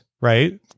right